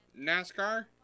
NASCAR